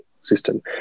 system